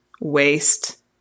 waste